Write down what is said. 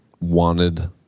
wanted